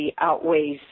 outweighs